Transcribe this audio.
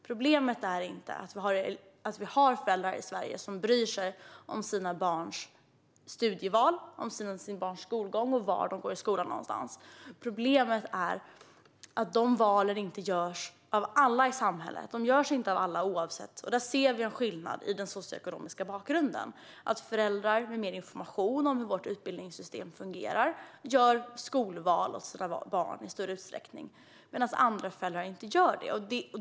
Problemet är inte att vi har föräldrar i Sverige som bryr sig om sina barns studieval och skolgång och om var de går i skolan. Problemet är att dessa val inte görs av alla i samhället. Där ser vi en skillnad i den socioekonomiska bakgrunden. Föräldrar med mer information om hur vårt utbildningssystem fungerar gör skolval åt sina barn i större utsträckning, medan andra föräldrar inte gör det.